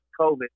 COVID